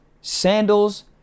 sandals